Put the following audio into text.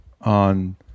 on